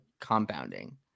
compounding